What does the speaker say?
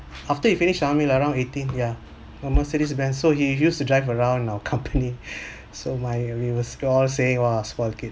after you finish army lah around eighteen yeah a mercedes benz so he used to drive around our company so my we were all saying !wah! spoilt kid